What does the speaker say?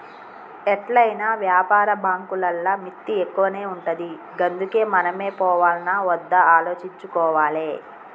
ఎట్లైనా వ్యాపార బాంకులల్ల మిత్తి ఎక్కువనే ఉంటది గందుకే మనమే పోవాల్నా ఒద్దా ఆలోచించుకోవాలె